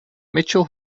mitchell